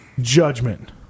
judgment